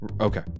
Okay